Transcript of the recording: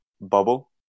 bubble